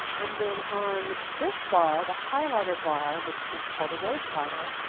and then on this bar, the highlighter bar, which is called the row slider,